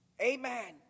amen